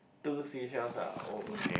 two seashells ah oh okay